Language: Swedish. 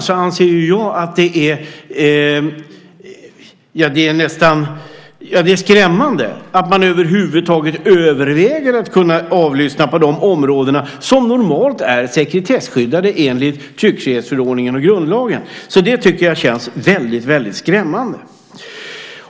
Jag anser att det är skrämmande att man över huvud taget överväger möjligheter att avlyssna på de områden som normalt är sekretesskyddade enligt tryckfrihetsförordningen och grundlagen. Det där tycker jag känns väldigt skrämmande.